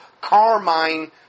carmine